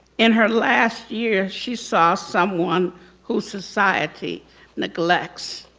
in her last year she saw someone who society neglects.